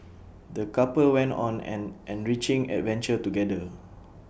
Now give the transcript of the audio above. the couple went on an enriching adventure together